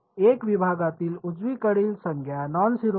एथ विभागातील उजवीकडील संज्ञा नॉन झेरो आहे